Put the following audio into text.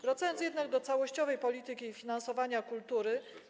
Wracam jednak do całościowej polityki i finansowania kultury.